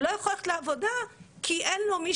הוא לא יוכל ללכת לעבודה כי אין לו מי